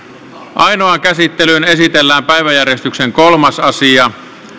ainoaan käsittelyyn esitellään päiväjärjestyksen kolmas asia